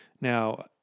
Now